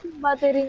bothered